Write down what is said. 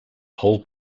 whole